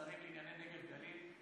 בוועדת שרים לענייני נגב גליל.